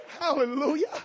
Hallelujah